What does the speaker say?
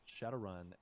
Shadowrun